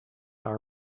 our